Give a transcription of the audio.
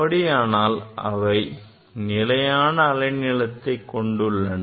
அப்படியானால் அவை நிலையான அலை நீளத்தை கொண்டுள்ளன